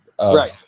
right